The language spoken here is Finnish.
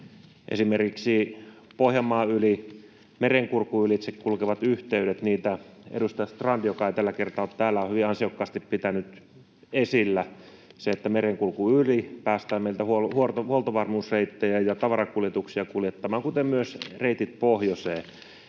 esimerkiksi Pohjanmaan yli Merenkurkun ylitse kulkevat yhteydet. Edustaja Strand — joka ei tällä kertaa ole täällä — on hyvin ansiokkaasti pitänyt niitä esillä, sitä, Merenkurkun yli päästään meiltä huoltovarmuusreittejä ja tavarakuljetuksia kuljettamaan, kuten myös reittejä pohjoiseen.